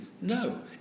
No